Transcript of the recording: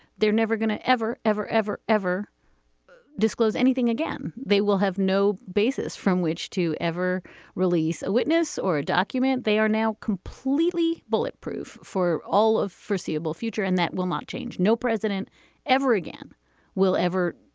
they're never going to ever, ever, ever, ever disclose anything again. they will have no basis from which to ever release a witness or a document. they are now completely bullet proof for all of foreseeable future. and that will not change. no president ever again will ever.